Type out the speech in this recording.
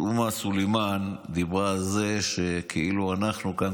תומא סלימאן דיברה על זה שכאילו אנחנו כאן